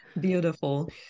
Beautiful